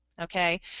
Okay